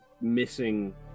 missing